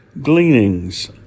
gleanings